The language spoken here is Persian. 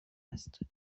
دست